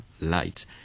light